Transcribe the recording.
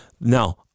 now